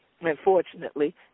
unfortunately